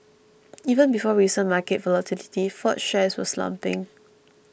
even before recent market volatility Ford's shares were slumping